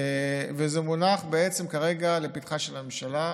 זה מונח כרגע לפתחה של הממשלה.